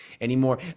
anymore